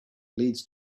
leads